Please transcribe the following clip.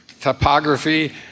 topography